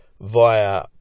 via